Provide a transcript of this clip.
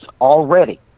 already